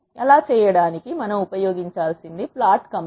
అలా చేయడానికి మనం ఉపయోగించాల్సినది ప్లాట్ కమాండ్